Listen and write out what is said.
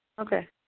Okay